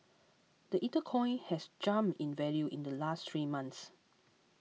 the Ether coin has jumped in value in the last three months